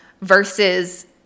versus